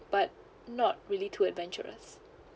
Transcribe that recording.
but not really too adventurous